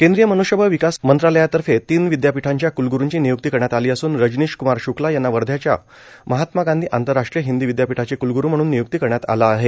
केंद्रीय मनुष्यबळ विकास मंत्रालयातर्फे तीन विद्यापीठांच्या क्लग्रूंची निय्क्ती करण्यात आली असून रजनीश क्मार श्क्ला यांना वध्याच्या महात्मा गांधी आंतरराष्ट्रीय हिंदी विद्यापीठाचे क्लग्रू म्हणून निय्क्त करण्यात आलं आहे